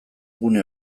gune